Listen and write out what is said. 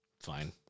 Fine